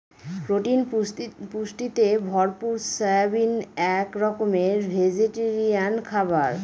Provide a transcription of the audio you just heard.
protein পুষ্টিতে ভরপুর soybean এক রকমের ভেজিটেরিয়ান খাবার